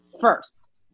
first